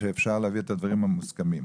שאפשר יהיה להביא את הדברים המוסכמים.